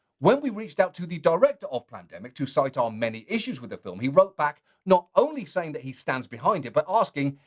when we reached out to the director of plandemic to cite our many issues with the film, he wrote back not only saying that he stands behind it, but asking,